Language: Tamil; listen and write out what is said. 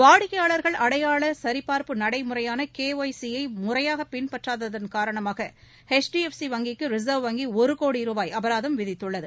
வாடிக்கையாளர்கள் அடையாள சரிபார்ப்பு நடைமுறையான கே ஒய் சியை முறையாக பின்பற்றாததன் காரணமாக எச் டி எப் சி வங்கிக்கு ரிசர்வ் வங்கி ஒரு கோடி ருபாய் அபராதம் விதித்துள்ளது